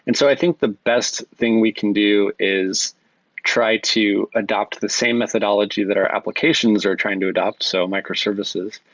and so i think the best thing we can do is try to adapt the same methodology that our applications are trying to adapt, so microservices,